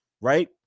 right